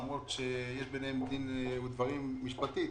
למרות שיש בינינו דין ודברים מבחינה משפטית